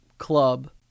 club